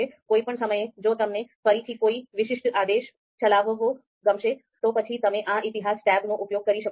કોઈપણ સમયે જો તમને ફરીથી કોઈ વિશિષ્ટ આદેશ ચલાવવો ગમશે તો પછી તમે આ ઇતિહાસ ટેબનો ઉપયોગ કરી શકો છો